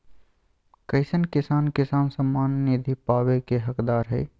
कईसन किसान किसान सम्मान निधि पावे के हकदार हय?